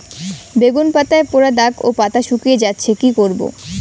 বেগুন পাতায় পড়া দাগ ও পাতা শুকিয়ে যাচ্ছে কি করব?